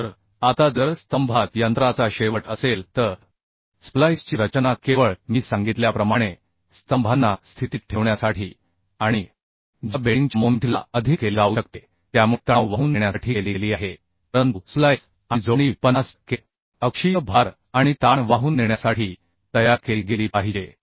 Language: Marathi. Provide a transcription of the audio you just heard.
तर आता जर स्तंभात यंत्राचा शेवट असेल तर स्प्लाइसची रचना केवळ मी सांगितल्याप्रमाणे स्तंभांना स्थितीत ठेवण्यासाठी आणि ज्या वाकण्याच्या मोमेंट ला अधीन केले जाऊ शकते त्यामुळे तणाव वाहून नेण्यासाठी केली गेली आहे परंतु स्प्लाइस आणि जोडणी 50 टक्के अक्षीय भार आणि ताण वाहून नेण्यासाठी तयार केली गेली पाहिजे